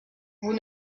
vous